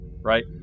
right